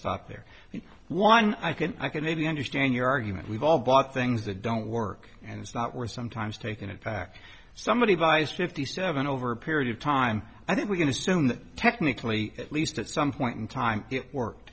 stop there one i can i can maybe understand your argument we've all bought things that don't work and it's not worth sometimes taking it back if somebody buys fifty seven over a period of time i think we can assume that technically at least at some point in time it worked